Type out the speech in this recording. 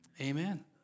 Amen